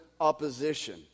opposition